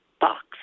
box